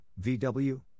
VW